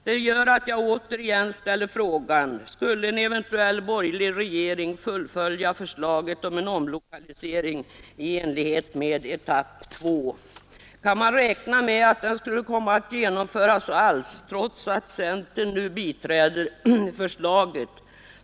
Det gör att jag åter ställer frågan: Skulle en eventuell borgerlig regering fullfölja beslutet om en utlokalisering i etapp 2. Kan man räkna med att utlokaliseringen skulle komma att genomföras alls, trots att centern nu biträder förslaget?